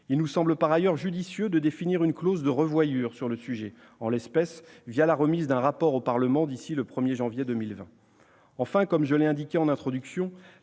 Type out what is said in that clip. il nous semble judicieux de définir une clause de revoyure sur le sujet, en l'espèce la remise d'un rapport au Parlement d'ici au 1 janvier 2020. Enfin, comme je l'ai indiqué au début